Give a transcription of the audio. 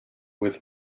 with